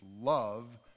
Love